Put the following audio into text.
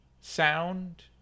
sound